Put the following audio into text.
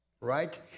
right